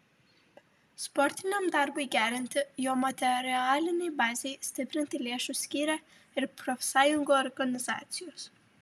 sportiniam darbui gerinti jo materialinei bazei stiprinti lėšų skyrė ir profsąjungų organizacijos